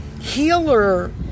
healer